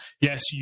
yes